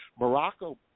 Morocco